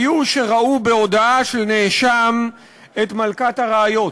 היו שראו בהודאה של נאשם את "מלכת הראיות".